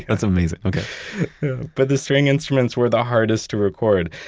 that's amazing. okay but the string instruments were the hardest to record,